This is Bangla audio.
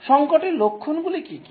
সঙ্কটের লক্ষণগুলি কী কী